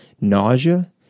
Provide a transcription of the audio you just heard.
nausea